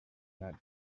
not